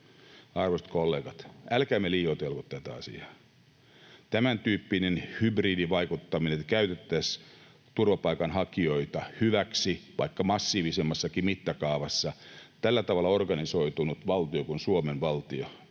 arvoisat kollegat, älkäämme liioitelko tätä asiaa. Tämäntyyppinen hybridivaikuttaminen, että käytettäisiin turvapaikanhakijoita hyväksi vaikka massiivisemmassakin mittakaavassa, eli tuontyyppinen turvallisuusriski on tällä